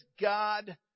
God